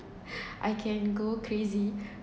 I can go crazy